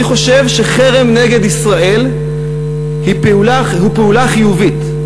חושב שחרם נגד ישראל הוא פעולה חיובית.